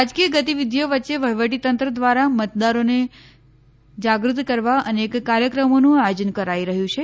રાજકીય ગતિવિધિઓ વચ્ચે વહીવટીતંત્ર દ્વારા મતદારોની જાગૃત કરવા અનેક કાર્યકર્મોનું આયોજન કરાઈ રહ્યું છે